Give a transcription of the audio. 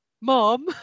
Mom